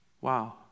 Wow